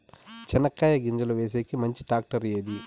చెనక్కాయ గింజలు వేసేకి మంచి టాక్టర్ ఏది?